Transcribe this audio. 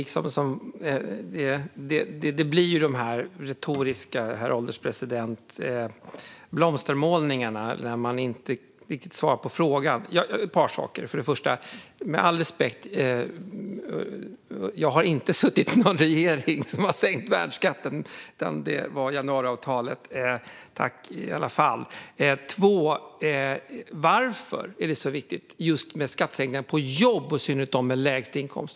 Herr ålderspresident! Det blir retoriska blomstermålningar när man inte riktigt svarar på frågan. Låt mig ta upp ett par saker. Med all respekt: Jag har inte suttit i någon regering som har sänkt värnskatten. Det var januariavtalet. Men tack i alla fall. Varför är det så viktigt med skattesänkningar just på jobb, och i synnerhet just för dem med lägst inkomst?